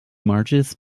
marches